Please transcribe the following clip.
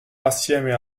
assieme